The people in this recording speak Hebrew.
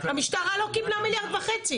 המשטרה לא קיבלה מיליארד וחצי.